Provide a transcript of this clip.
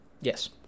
Yes